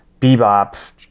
bebop